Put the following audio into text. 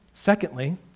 Secondly